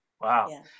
Wow